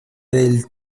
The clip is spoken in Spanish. del